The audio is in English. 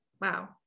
wow